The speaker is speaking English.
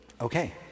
Okay